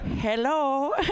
Hello